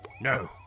No